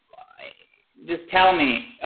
just tell me,